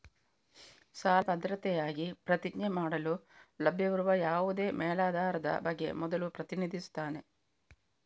ಸಾಲಕ್ಕೆ ಭದ್ರತೆಯಾಗಿ ಪ್ರತಿಜ್ಞೆ ಮಾಡಲು ಲಭ್ಯವಿರುವ ಯಾವುದೇ ಮೇಲಾಧಾರದ ಬಗ್ಗೆ ಮೊದಲು ಪ್ರತಿನಿಧಿಸುತ್ತಾನೆ